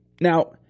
Now